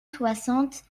soixante